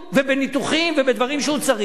בניתוחים ובדברים שהוא צריך,